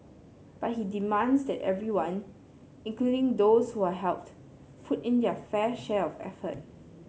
but he demands that everyone including those who are helped put in their fair share of effort